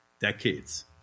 decades